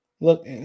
Look